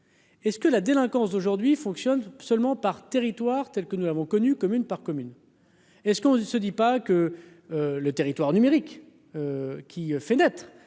Est ce que la délinquance d'aujourd'hui fonctionne seulement par territoire, telle que nous avons connu, commune par commune. Est ce qu'on se dit pas que le territoire numérique qui fait naître